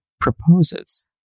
proposes